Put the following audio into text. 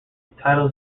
titles